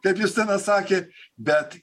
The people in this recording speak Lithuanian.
kaip justinas sakė bet